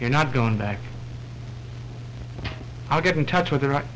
you're not going back i'll get in touch with